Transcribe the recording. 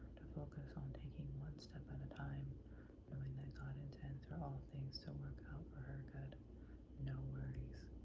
to focus on taking one step at a time knowing that god intends for all things to work out for her good no worries.